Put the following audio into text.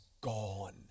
gone